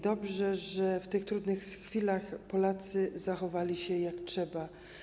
Dobrze, że w tych trudnych chwilach Polacy zachowali się, jak trzeba.